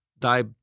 Thy